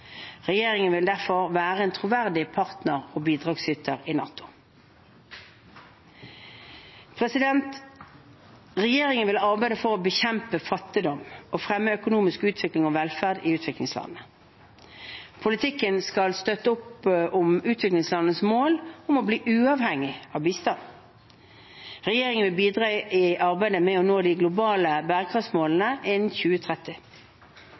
Regjeringen vil derfor være en troverdig partner og bidragsyter i NATO. Regjeringen vil arbeide for å bekjempe fattigdom og fremme økonomisk utvikling og velferd i utviklingslandene. Politikken skal støtte opp om utviklingslandenes mål om å bli uavhengige av bistand. Regjeringen vil bidra i arbeidet med å nå de globale bærekraftsmålene innen 2030.